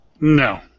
No